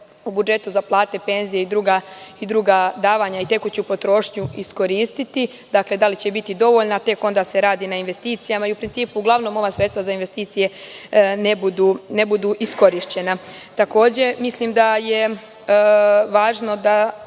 u budžetu za plate i penzije, i druga davanja i tekuću potrošnju, iskoristiti i da li će biti dovoljna, a tek se onda radi na investicajama i u principu ova sredstva za investicije, ne budu iskorišćena. Mislim da je važno da